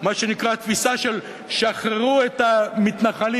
מה שנקרא תפיסה של "שחררו את המתנחלים